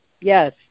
yes